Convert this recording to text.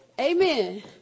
Amen